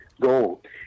gold